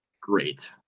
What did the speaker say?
great